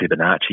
Fibonacci